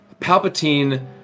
Palpatine